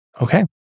Okay